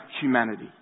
humanity